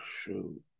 shoot